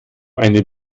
eine